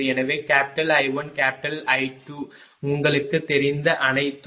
எனவே I1 I2 உங்களுக்குத் தெரிந்த அனைத்தும்